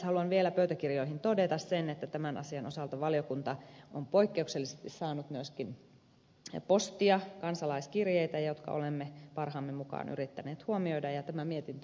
haluan vielä pöytäkirjoihin todeta sen että tämän asian osalta valiokunta on poikkeuksellisesti saanut myöskin postia kansalaiskirjeitä jotka olemme parhaamme mukaan yrittäneet huomioida ja tämä mietintö on yksimielinen